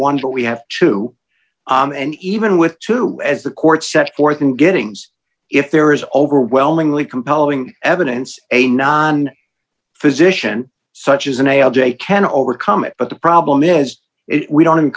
one but we have two and even with two as the court set forth in getting if there is overwhelmingly compelling evidence a non physician such as in a o j can overcome it but the problem is if we don't